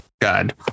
God